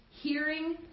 hearing